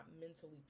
mentally